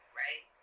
right